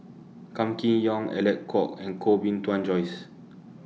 Kam Kee Yong Alec Kuok and Koh Bee Tuan Joyce